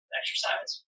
exercise